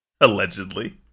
Allegedly